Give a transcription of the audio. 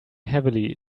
heavily